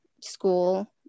school